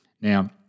Now